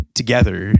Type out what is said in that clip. together